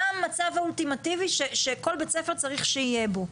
מה המצב האולטימטיבי שכל בית-ספר צריך שיהיה בו,